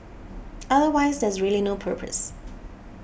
otherwise there's really no purpose